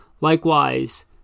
Likewise